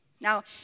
Now